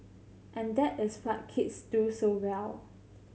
and that is what kids do so well